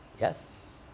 Yes